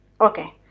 okay